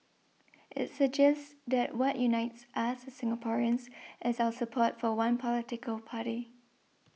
it suggests that what unites us Singaporeans is our support for one political party